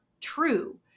true